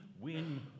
win